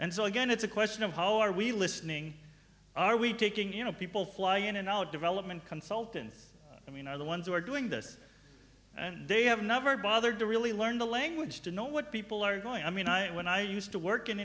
and so again it's a question of how are we listening are we taking in a people fly in and out development consultants i mean are the ones who are doing this they have never bothered to really learn the language to know what people are going i mean i when i used to work in